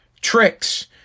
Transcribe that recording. Tricks